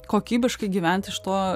kokybiškai gyvent iš to